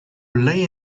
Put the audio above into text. lay